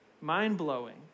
mind-blowing